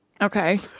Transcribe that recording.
Okay